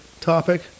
topic